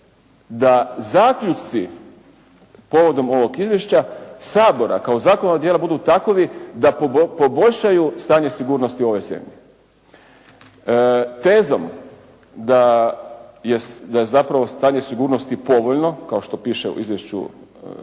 da zaključci povodom ovog izvješća Sabora kao zakonodavnog tijela budu takovi da poboljšaju stanje sigurnosti u ovoj zemlji. Tezom da je zapravo stanje sigurnosti povoljno kao što piše u izvješću koje